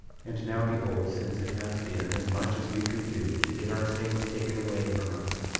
and now behold, since it has been as much as we could do to get our stains taken away from us,